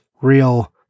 real